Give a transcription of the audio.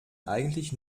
eigentlich